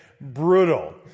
brutal